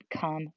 come